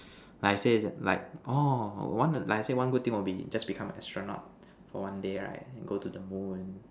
like I say like orh like I say one good thing will be just become an astronaut for one day right then go to the moon